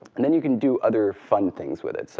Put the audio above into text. and then you can do other fun things with it. so